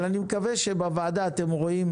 אבל אני מקווה שבוועדה אתם רואים,